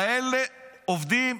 כאלה עובדים,